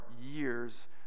years